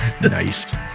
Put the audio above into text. Nice